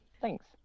Thanks